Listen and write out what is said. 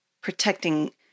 protecting